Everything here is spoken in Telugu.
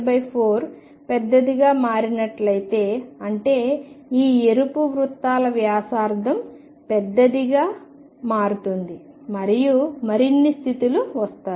V0L24 పెద్దదిగా మారినట్లయితే అంటే ఈ ఎరుపు వృత్తాల వ్యాసార్థం పెద్దదిగా మారుతుంది మరియు మరిన్ని స్థితులు వస్తాయి